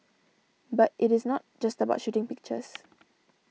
but it is not just about shooting pictures